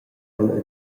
aunc